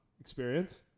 experience